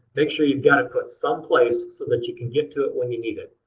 make sure you've got it put someplace so that you can get to it when you need it.